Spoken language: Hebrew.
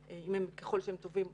ככל שהם טובים יותר,